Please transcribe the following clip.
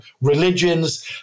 religions